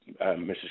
Mrs